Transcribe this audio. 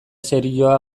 serioa